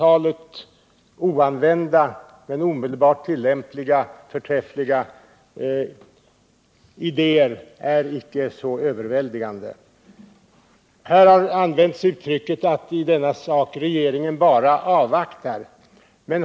Antalet oanvända men omedelbart tillämpliga, förträffliga idéer är icke så överväldigande stort. Här har använts uttrycket att regeringen i denna sak ”bara avvaktar”.